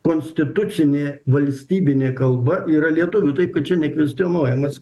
konstitucinė valstybinė kalba yra lietuvių taip čia nekvestionuojamas